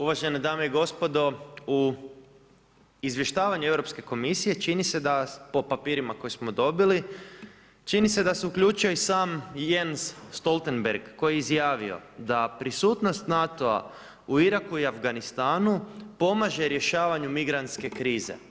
Uvažene dame i gospodo, u izvještavanje Europske komisije, čini se da, po papirima koje smo dobili, čini se da su… [[Govornik se ne razumije]] Jens Stoltenberg koji je izjavio da prisutnost NATO-a u Iraku i Afganistanu pomaže rješavanju migrantske krize.